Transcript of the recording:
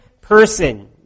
person